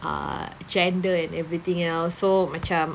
uh gender and everything else so macam